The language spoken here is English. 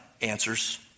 answers